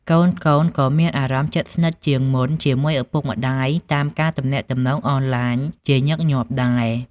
កូនៗក៏មានអារម្មណ៍ជិតស្និទ្ធជាងមុនជាមួយឪពុកម្តាយតាមការទំនាក់ទំនងអនឡាញជាញឹកញាប់ដែរ។